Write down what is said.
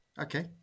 Okay